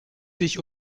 sich